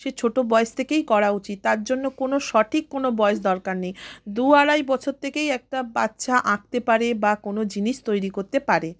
সে ছোটো বয়স থেকেই করা উচিত তার জন্য কোনো সঠিক কোনো বয়স দরকার নেই দু আড়াই বছর থেকেই একটা বাচ্চা আঁকতে পারে বা কোনো জিনিস তৈরি করতে পারে